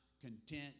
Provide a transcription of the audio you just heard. content